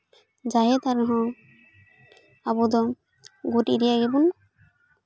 ᱡᱟᱦᱮᱨ ᱛᱷᱟᱱ ᱨᱮᱦᱚᱸ ᱟᱵᱚ ᱫᱚ ᱜᱩᱨᱤᱡ ᱨᱮᱭᱟᱜ ᱜᱮᱵᱚᱱ